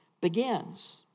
begins